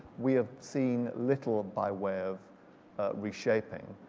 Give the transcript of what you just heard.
we have seen little by way of reshaping.